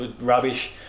rubbish